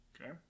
Okay